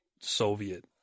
Soviet